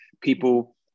people